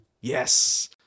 Yes